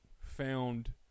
found